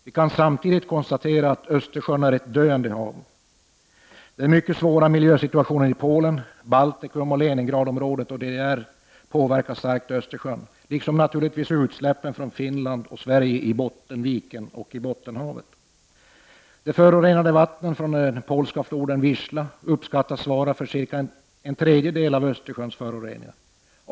Vi kan samtidigt konstatera att Östersjön är ett döende hav. Den mycket svåra miljösituationen i Polen, Baltikum, Leningradområdet och DDR påverkar starkt Östersjön, liksom naturligtvis utsläppen från Finland och Sverige i Bottenviken och Bottenhavet. Det förorenade vattnet från den polska floden Wista uppskattas svara för en tredjedel av Östersjöns föroreningar.